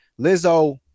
Lizzo